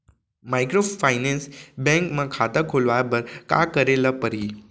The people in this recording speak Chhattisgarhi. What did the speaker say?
माइक्रोफाइनेंस बैंक म खाता खोलवाय बर का करे ल परही?